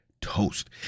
toast